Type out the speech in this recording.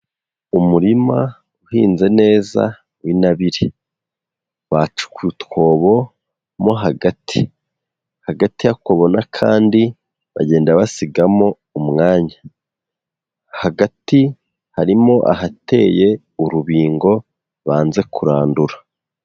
Umurima uhinze neza w'inabiri, bacukuye utwobo mo hagati. Hagati ya akobo n'akandi bagenda basigamo umwanya, hagati harimo ahateye urubingo banze kurandura.